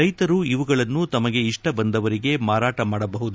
ರೈತರು ಇವುಗಳನ್ನು ತಮಗೆ ಇಷ್ಟಬಂದವರಿಗೆ ಮಾರಾಟ ಮಾಡಬಹುದು